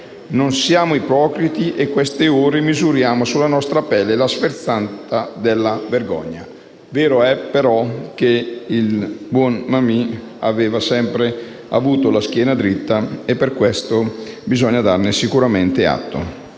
«Non siamo ipocriti e in queste ore misuriamo sulla nostra pelle la sferzata della vergogna». Vero è però che il buon Mammì aveva sempre avuto la schiena dritta e di questo bisogna dargli sicuramente atto.